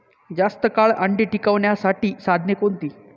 जास्त काळ अंडी टिकवण्यासाठी साधने कोणती?